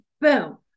boom